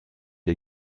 ihr